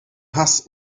hass